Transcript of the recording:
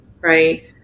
right